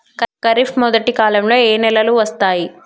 ఖరీఫ్ మొదటి కాలంలో ఏ నెలలు వస్తాయి?